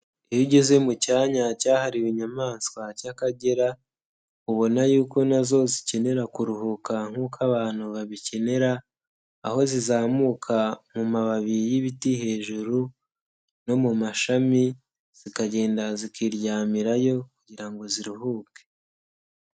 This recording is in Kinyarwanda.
Iyo ugeze mu cyanya cyahariwe inyamaswa cy'Akagera, ubona yuko na zo zikenera kuruhuka nk'abantu babikenera, aho zizamuka mu mababi y'ibiti hejuru no mu mashami zikagenda zikiryamirayo kugira ngo ziruhuke.